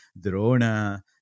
Drona